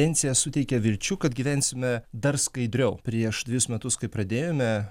pensija suteikia vilčių kad gyvensime dar skaidriau prieš dvejus metus kai pradėjome